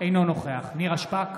אינו נוכח נירה שפק,